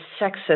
sexist